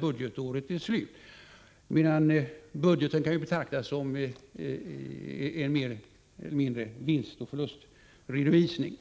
Budgeten kan ju, mer eller mindre, betraktas som en vinstoch förlustredovisning.